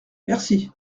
merci